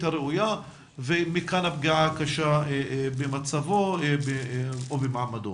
הראויה ומכאן הפגיעה הקשה במצבו ובמעמדו.